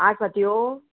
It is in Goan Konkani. आसा त्यो